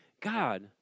God